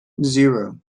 zero